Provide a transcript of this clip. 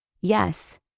Yes